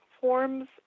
forms